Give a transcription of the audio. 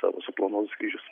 savo suplanuotus skrydžius